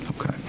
okay